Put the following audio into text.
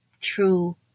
true